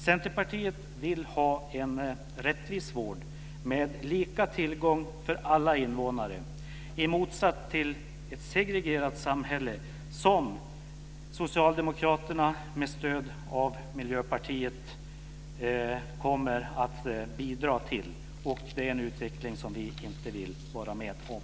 Centerpartiet vill ha en rättvis vård med lika tillgång för alla invånare, i motsats till ett segregerat samhälle, som Socialdemokraterna med stöd av Miljöpartiet kommer att bidra till. Det är en utveckling som vi inte vill vara med om.